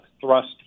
thrust